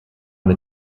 mit